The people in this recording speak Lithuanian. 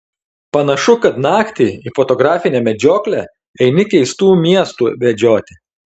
panašu kad naktį į fotografinę medžioklę eini keistų miestų medžioti